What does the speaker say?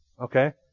okay